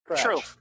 True